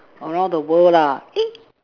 around the world lah